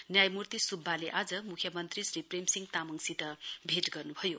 न्यायमूर्ति सुब्बाले आज मुख्यमन्त्री श्री प्रेम सिंह तामाङसित भेट गर्नु भयो